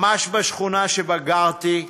ממש בשכונה שבה גרתי.